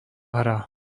hra